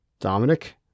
Dominic